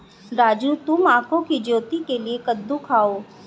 राजू तुम आंखों की ज्योति के लिए कद्दू खाओ